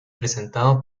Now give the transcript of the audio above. presentado